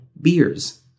beers